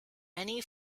many